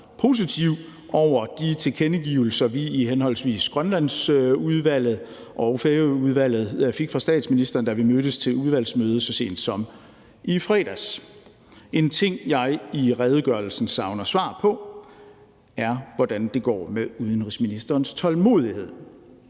positiv over for de tilkendegivelser, vi i henholdsvis Grønlandsudvalget og Færøudvalget fik fra statsministeren, da vi mødtes til udvalgsmøde så sent som i fredags. En ting, jeg i redegørelsen savner svar på, er, hvordan det går med udenrigsministerens tålmodighed.